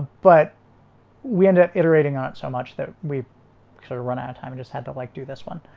but we ended up iterating on it so much that we sort of run out of time and just had to like do this one.